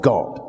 God